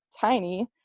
tiny